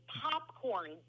popcorn